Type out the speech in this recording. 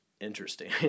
interesting